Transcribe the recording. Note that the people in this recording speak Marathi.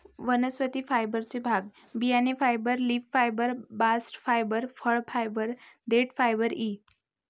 वनस्पती फायबरचे भाग बियाणे fibre, leaf fibre, bast fibre, फळ फायबर, देठ फायबर इ